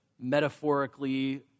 metaphorically